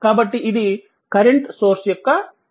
కాబట్టి ఇది current source యొక్క ప్రాతినిధ్యం